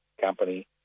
Company